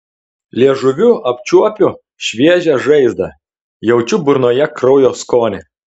liežuviu apčiuopiu šviežią žaizdą jaučiu burnoje kraujo skonį